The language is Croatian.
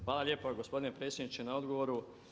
Hvala lijepa gospodine predsjedniče na odgovoru.